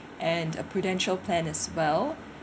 and a Prudential plan as well